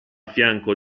fianco